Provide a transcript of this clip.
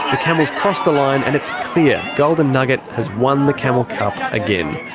the camels cross the line, and it's clear golden nugget has won the camel cup again.